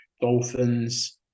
dolphins